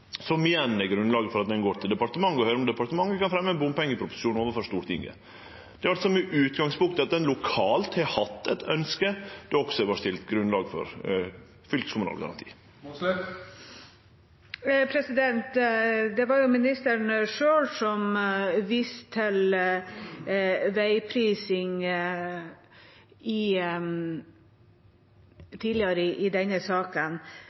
som igjen er grunnlaget for at ein går til departementet og høyrer om departementet kan fremje ein bompengeproposisjon overfor Stortinget. Det er altså med utgangspunkt i at ein lokalt har hatt eit ønske der det også var stilt grunnlag for fylkeskommunal garanti. Det var jo ministeren selv som viste til veiprising tidligere i denne saken.